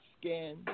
skin